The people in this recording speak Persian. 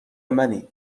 منی